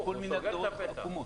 הוא סוגר את הפתח.